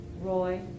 Roy